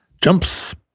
jumps